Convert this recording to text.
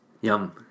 Yum